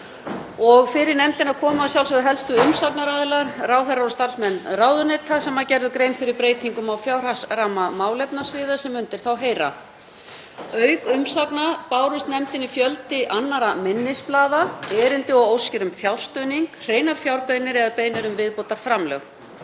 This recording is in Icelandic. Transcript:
og fyrir nefndina komu að sjálfsögðu helstu umsagnaraðilar, ráðherrar og starfsmenn ráðuneyta sem gerðu grein fyrir breytingum á fjárhagsramma málefnasviða sem undir þá heyra. Auk umsagna barst nefndinni fjöldi annarra minnisblaða, erindi og óskir um fjárstuðning, hreinar fjárbeiðnir eða beiðnir um viðbótarframlög.